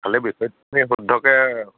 খালি বিষয়খিনি শুদ্ধকে